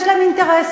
יש להם אינטרסים.